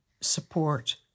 support